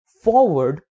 forward